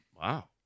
Wow